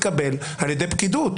תתכבד ותגיב לחקיקה הספציפית.